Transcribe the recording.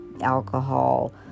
alcohol